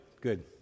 Good